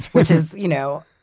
which is you know,